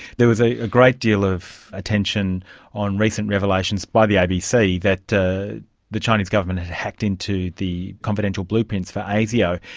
there was a great deal of attention on recent revelations by the abc that the chinese government had hacked into the confidential blueprints for asio.